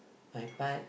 my part